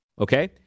Okay